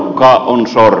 porukkaa on sorrettu